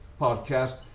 podcast